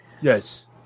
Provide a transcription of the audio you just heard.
Yes